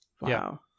Wow